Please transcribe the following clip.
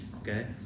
okay